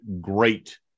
Great